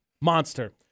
Monster